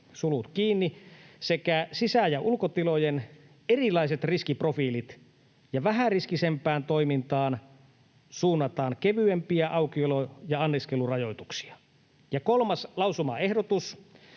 sekä sisä‑ ja ulkotilojen erilaiset riskiprofiilit ja vähäriskisempään toimintaan suunnataan kevyempiä aukiolo‑ ja anniskeluaikarajoituksia.” Kolmas lausumaehdotus